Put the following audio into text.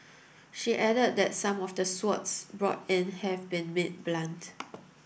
she added that some of the swords brought in have been made blunt